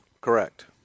Correct